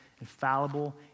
infallible